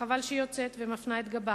וחבל שהיא יוצאת ומפנה את גבה.